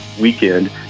weekend